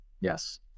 yes